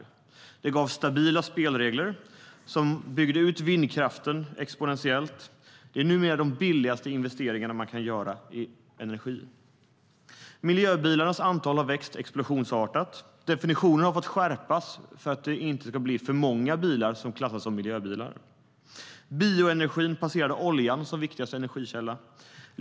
Det gav stabila spelregler som gjorde att man byggde ut vindkraften exponentiellt. Det är numera de billigaste investeringarna man kan göra i energi. Miljöbilarnas antal har växt explosionsartat. Definitionen har fått skärpas för att det inte ska bli för många bilar som klassas som miljöbilar. Bioenergi passerade oljan som viktigaste energikälla.